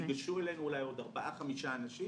ניגשו אלינו אולי עוד ארבעה-חמישה אנשים